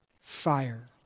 fire